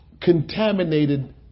contaminated